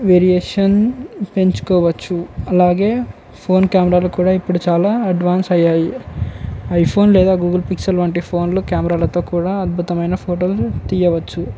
variation పెంచుకోవచ్చు అలాగే phone కెమెరాలు కూడా ఇప్పుడు చాలా అడ్వాన్స్ అయ్యాయి ఐఫోన్ లేదా గూగుల్ పిక్సల్ వంటి ఫోన్లు కెమెరాలతో కూడా అద్భుతమైన ఫోటోలు తీయవచ్చు